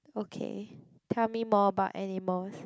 okay tell me more about animals